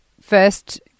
first